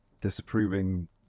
disapproving